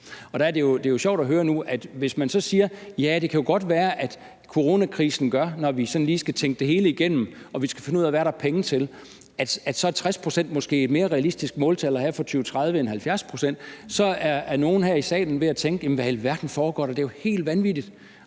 Det er jo sjovt at høre nu, for hvis man så siger, at det godt kan være, at coronakrisen gør, når vi sådan lige skal tænke det hele igennem og finde ud af, hvad der er penge til, at 60 pct. måske så er et lidt mere realistisk måltal at have for 2030 end 70 pct., så er der nogle her i salen, der vil tænke: Hvad i alverden foregår der, det er jo helt vanvittigt?